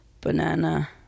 banana